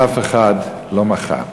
ואף אחד לא מחה.